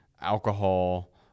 alcohol